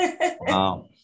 Wow